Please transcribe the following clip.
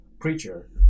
preacher